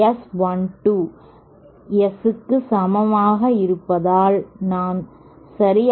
S 2 1 comma l 1 S 22 comma l